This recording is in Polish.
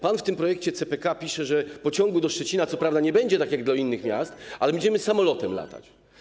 Pan w tym projekcie CPK pisze, że pociągu do Szczecina co prawda nie będzie tak jak do innych miast, ale będziemy samolotem latać.